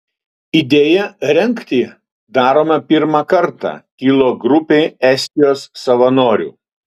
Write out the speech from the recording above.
idėja rengti darome pirmą kartą kilo grupei estijos savanorių